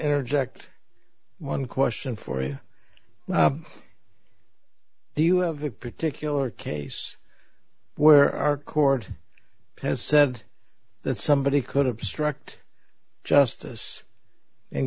interject one question for you do you have a particular case where our court has said that somebody could obstruct justice and